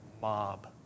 mob